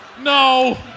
No